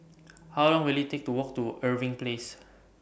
How Long Will IT Take to Walk to Irving Place